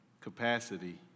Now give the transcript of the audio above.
Capacity